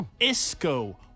Isco